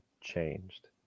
changed